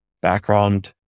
background